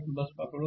तो बस पकड़ो